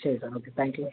ശരി sir okay thank U